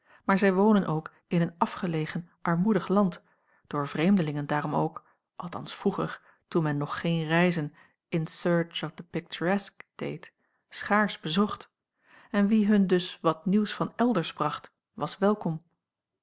maar zij wonen ook in een afgelegen armoedig land door vreemdelingen daarom ook althans vroeger toen men nog geen reizen in search of the picturesque deed schaars bezocht en wie hun dus wat nieuws van elders bracht was welkom